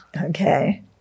Okay